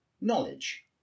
knowledge